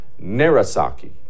Narasaki